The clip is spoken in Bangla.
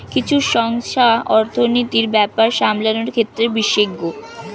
কিছু সংস্থা অর্থনীতির ব্যাপার সামলানোর ক্ষেত্রে বিশেষজ্ঞ